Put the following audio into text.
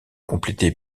complété